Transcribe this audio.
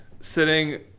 sitting